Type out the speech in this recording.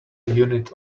unit